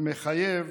מחייב